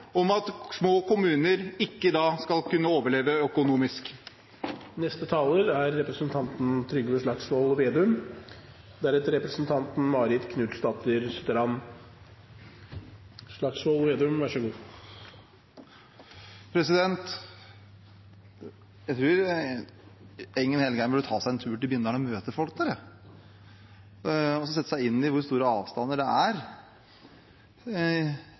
om at små kommuner ikke skal kunne overleve økonomisk. Jeg tror Engen-Helgheim burde ta seg en tur til Bindal og møte folk der, sette seg inn i hvor store avstander det er